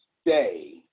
stay